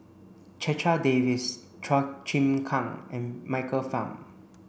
Checha Davies Chua Chim Kang and Michael Fam